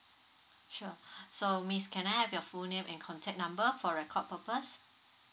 sure so miss can I have your full name and contact number for record purpose